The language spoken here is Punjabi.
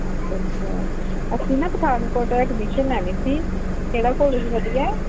ਅੱਛਾ ਅੱਛਾ ਅਸੀਂ ਨਾ ਪਠਾਨਕੋਟ ਅਡਮਿਸ਼ਨ ਲੈਣੀ ਸੀ ਕਿਹੜਾ ਕੋਲੇਜ ਵਧੀਆ ਹੈ